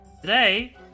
Today